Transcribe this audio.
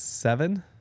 Seven